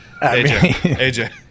AJ